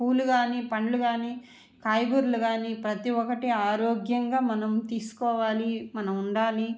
పూలు కాని పండ్లు కాని కాయగూరలు కాని ప్రతి ఒక్కటి ఆరోగ్యంగా మనం తీసుకోవాలి మనం ఉండాలి